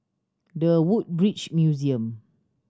The Woodbridge Museum